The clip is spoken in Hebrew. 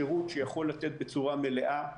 שירות שיכול להינתן בצורה מלאה,